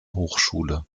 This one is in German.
hochschule